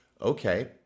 Okay